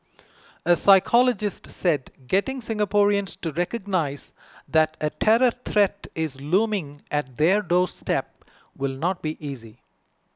a psychologist said getting Singaporeans to recognise that a terror threat is looming at their doorstep will not be easy